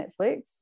Netflix